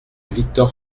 victor